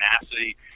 tenacity